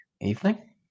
evening